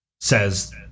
says